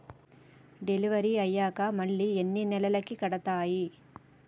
Delivery అయ్యాక మళ్ళీ ఎన్ని నెలలకి కడుతాయి?